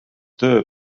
töö